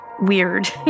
weird